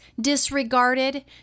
disregarded